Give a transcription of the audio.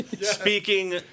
speaking